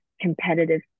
competitive